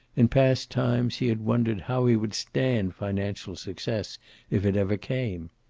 in past times he had wondered how he would stand financial success if it ever came.